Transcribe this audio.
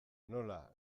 nola